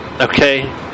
Okay